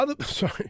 Sorry